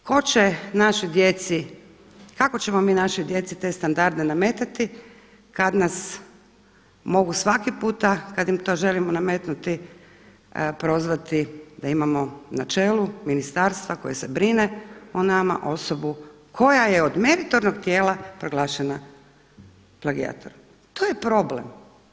Tko će našoj djeci, kako ćemo mi našoj djeci te standarde nametati kada nas mogu svaki puta kada im to želimo nametnuti prozvati da imamo na čelu ministarstva koje se brine o nama osobu koja je od meritornog tijela proglašena plagijatorom.“ To je problem.